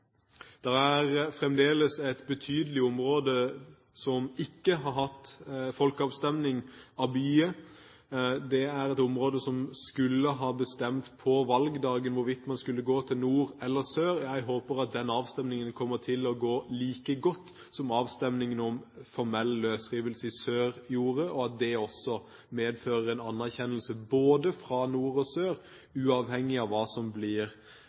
er fremdeles et betydelig område som ikke har hatt folkeavstemning, Abyei. Det er et område som på valgdagen skulle ha bestemt hvorvidt man skulle gå til nord eller til sør. Jeg håper at den avstemningen kommer til å gå like godt som avstemningen om en formell løsrivelse i sør gjorde, og at det også medfører en anerkjennelse både fra nord og fra sør, uavhengig av hva som blir